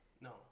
No